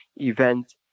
event